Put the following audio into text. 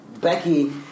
Becky